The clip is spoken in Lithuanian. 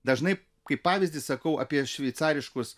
dažnai kaip pavyzdį sakau apie šveicariškus